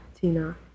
Tina